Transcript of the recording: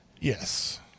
Yes